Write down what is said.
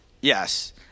Yes